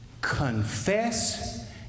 Confess